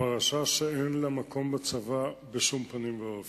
פרשה שאין לה מקום בצבא בשום פנים ואופן.